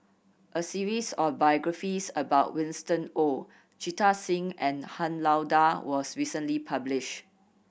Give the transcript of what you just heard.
a series of biographies about Winston Oh Jita Singh and Han Lao Da was recently published